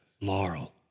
Laurel